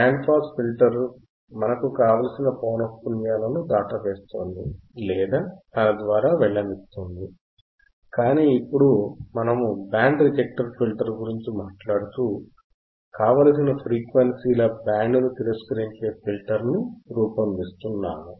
band pass filter మనకు కావలసిన పౌనఃపున్యాలను దాని ద్వారా వెళ్లనిస్తుంది కాని ఇప్పుడు మనము బ్యాండ్ రిజెక్ట్ ఫిల్టర్ గురించి మాట్లాడుతూ కావలసిన ఫ్రీక్వెన్సీల బ్యాండ్ను తిరస్కరించే ఫిల్టర్ను రూపొందిస్తున్నాము